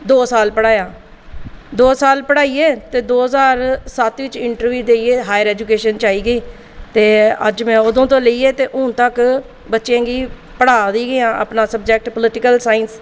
दौं साल पढ़ाया दौं साल पढ़ाइयै ते इंटरव्यु देइयै हायर एजूकेशन डिपार्टमेंट च आई गेई ते अदूं दा लेइयै हून तक्क में बच्चें गी पढ़ा दी गै आं अपना सब्जेक्ट पॉलिटिकल साईंस